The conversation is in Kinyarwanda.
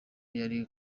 yari